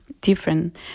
different